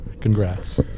congrats